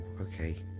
okay